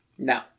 No